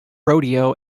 rodeo